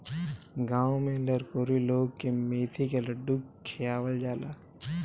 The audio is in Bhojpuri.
गांव में लरकोरी लोग के मेथी के लड्डू खियावल जाला